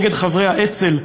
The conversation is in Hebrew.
נגד חברי האצ"ל,